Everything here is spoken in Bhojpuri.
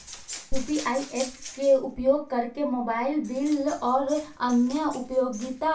हम यू.पी.आई ऐप्स के उपयोग करके मोबाइल बिल आउर अन्य उपयोगिता